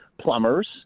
plumbers